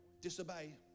disobey